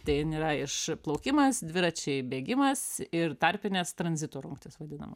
tai jin yra iš plaukimas dviračiai bėgimas ir tarpinės tranzito rungtys vadinama